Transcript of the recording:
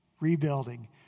rebuilding